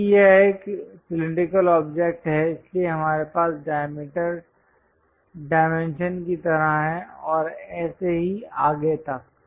क्योंकि यह एक सिलैंडरिकल ऑब्जेक्ट है इसलिए हमारे पास डायमीटर डायमेंशन की तरह है और ऐसे ही आगे तक